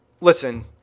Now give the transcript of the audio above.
Listen